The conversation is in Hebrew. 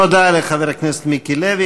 תודה לחבר הכנסת מיקי לוי.